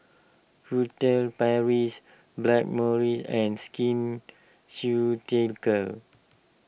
Furtere Paris Blackmores and Skin Ceuticals